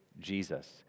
Jesus